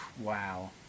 Wow